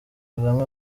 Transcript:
kagame